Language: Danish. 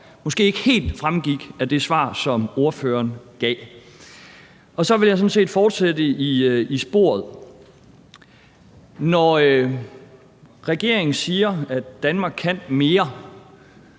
måske ikke helt fremgik af det svar, som ordføreren gav. Og så vil jeg sådan set fortsætte i det spor: Når regeringen siger, at Danmark kan mere,